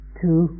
two